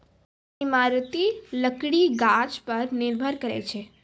इमारती लकड़ी गाछ पर निर्भर करै छै